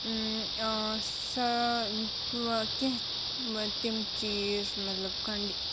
سا کیٚنٛہہ تِم چیٖز مطلب کَنڈِ